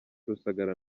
rusagara